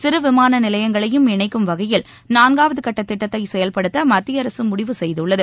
சிறு விமான நிலையங்களையும் இணைக்கும் வகையில் நான்காவது கட்ட திட்டத்தை செயல்படுத்த மத்திய அரசு முடிவு செய்துள்ளது